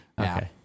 okay